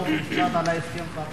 חוק ומשפט להגיד על ההסכם עם "פתח"?